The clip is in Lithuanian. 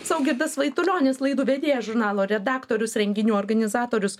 saugirdas vaitulionis laidų vedėjas žurnalo redaktorius renginių organizatorius